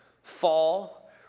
fall